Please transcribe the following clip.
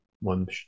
One